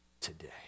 today